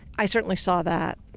i certainly saw that,